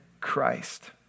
Christ